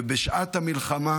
ובשעת המלחמה,